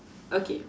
okay